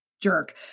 jerk